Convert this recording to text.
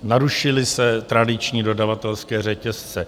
Narušily se tradiční dodavatelské řetězce.